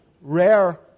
rare